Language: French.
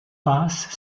passe